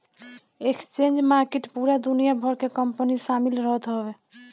exchange market पूरा दुनिया भर के कंपनी शामिल रहत हवे